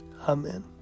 Amen